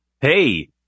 Hey